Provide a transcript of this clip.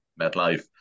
MetLife